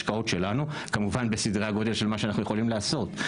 זה השקעות שלנו כמובן בסדרי הגודל של מה שאנחנו יכולים לעשות,